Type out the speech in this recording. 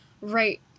right